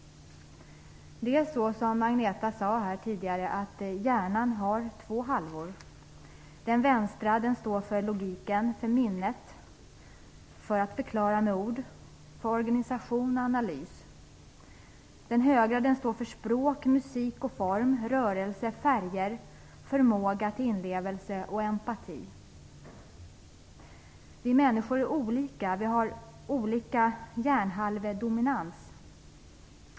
Som Agneta Ringman sade tidigare har hjärnan två halvor. Den vänstra står för logiken, minnet, förmågan att förklara med ord, organisationen och analysen. Den högra står för språk, musik och form, rörelse, färger, förmåga till inlevelse och empati. Vi människor är olika. Vi har olika hjärnhalvedominans.